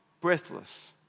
breathless